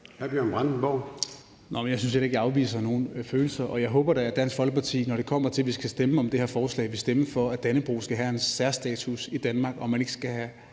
Jeg synes heller ikke, jeg afviser nogen følelser, og jeg håber da, at Dansk Folkeparti, når det kommer til, at vi skal stemme om det her forslag, vil stemme for, at Dannebrog skal have en særstatus i Danmark og man ikke skal have